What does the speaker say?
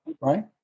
Right